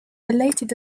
dilated